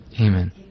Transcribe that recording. Amen